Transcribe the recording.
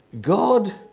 God